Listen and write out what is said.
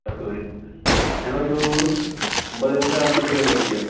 പത്ത് മണി ഞങ്ങൾ ഒരു ഒൻപത് മുക്കാൽ ആകുമ്പോഴ്ത്തേക്കും അവിടെ എത്തിക്കാം